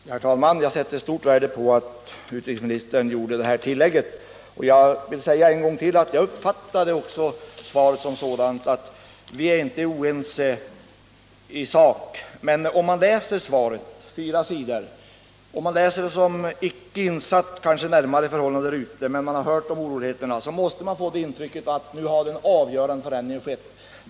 Herr talman! Jag sätter stort värde på att utrikesministern gjorde det här tillägget. Och jag vill en gång till säga att jag uppfattade svaret som sådant att vi inte är oense i sak. Men om en person som icke är närmare insatt i förhållandena där ute men har hört om oroligheterna läser svarets fyra sidor måste vederbörande få det intrycket att nu har den avgörande förändringen skett.